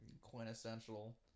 Quintessential